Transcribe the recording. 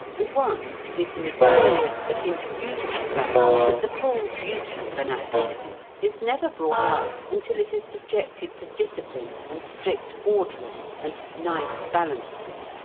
and one is the mysterious but indisputable fact that the full beauty of an activity is never brought out until it is subjected to discipline and strict ordering and nice balancing.